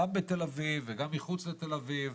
גם בתל אביב וגם מחוץ לתל אביב,